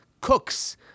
cooks